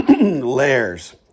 layers